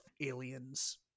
aliens